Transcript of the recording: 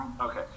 Okay